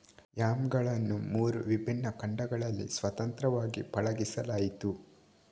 ಯಾಮ್ಗಳನ್ನು ಮೂರು ವಿಭಿನ್ನ ಖಂಡಗಳಲ್ಲಿ ಸ್ವತಂತ್ರವಾಗಿ ಪಳಗಿಸಲಾಯಿತು